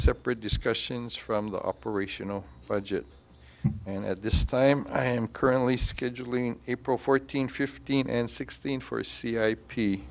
separate discussions from the operational budget and at this time i am currently scheduling april fourteen fifteen and sixteen for a c